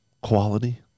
quality